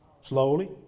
slowly